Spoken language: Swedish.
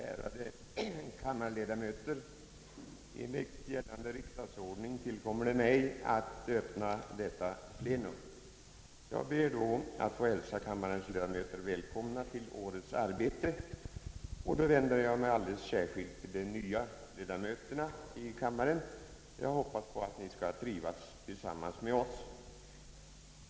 Ärade kammarledamöter! Enligt gällande riksdagsordning tillkommer det mig att öppna detta plenum. Jag ber då att få hälsa kammarens ledamöter välkomna till årets arbete och vänder mig alldeles särskilt till de nya ledamöterna i kammaren — jag hoppas att Ni skall trivas tillsammans med oss.